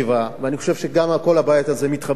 אני חושב שגם כל הבית הזה מתחבר לכך,